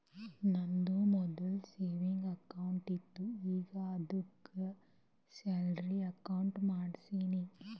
ನಂದು ಮೊದ್ಲು savings account ಇತ್ತು ಈಗ ಆದ್ದುಕೆ ಸ್ಯಾಲರಿ ಅಕೌಂಟ್ ಮಾಡ್ಸಿನಿ